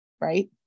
Right